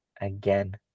again